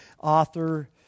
author